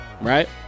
right